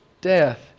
death